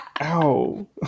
Ow